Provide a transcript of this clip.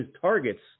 targets